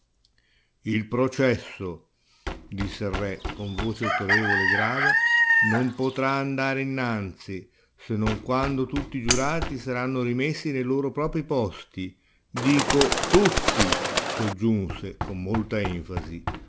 il processo disse il re con voce autorevole e grave non potrà andare innanzi se non quando tutt'i giurati saranno rimessi ne loro proprii posti dico tutti soggiunse con molta enfasi